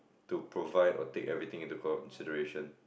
to provide or take everything into consideration